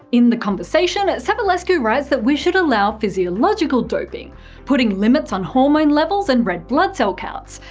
in the conversation, savulescu writes that we should allow physiological doping putting limits on hormone levels and red blood cell counts,